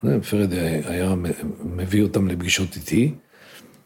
פרד היה מביא אותם לפגישות איתי.